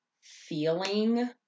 feeling